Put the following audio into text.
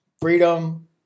freedom